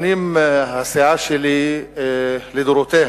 שנים הסיעה שלי לדורותיה